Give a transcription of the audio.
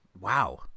Wow